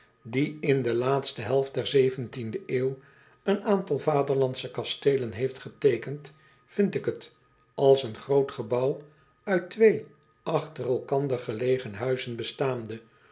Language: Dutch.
die in de laatste helft der de eeuw een aantal vaderlandsche kasteelen heeft geteekend vind ik het als een groot gebouw uit twee achter elkander gelegen huizen bestaande